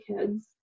kids